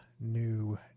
new